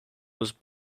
was